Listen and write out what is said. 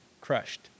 crushed